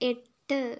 എട്ട്